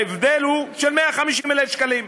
ההבדל הוא של 150,000 שקלים.